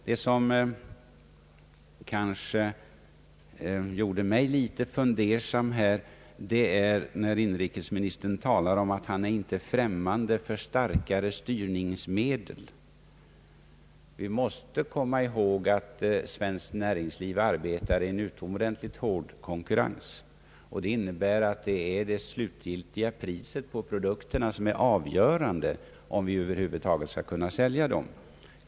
Vad som kanske gjorde mig litet fundersam var att inrikesministern talade om att han inte är främmande för starkare styrningsmedel. Vi måste komma ihåg att svenskt näringsliv arbetar i en utomordentligt hård konkurrens, och det innebär att det är det slutgiltiga priset på produkterna som avgör om vi över huvud taget skall kunna sälja.